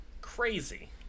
Crazy